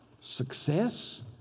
Success